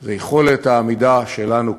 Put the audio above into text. זה יכולת העמידה שלנו כחברה.